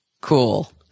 cool